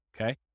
Okay